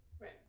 right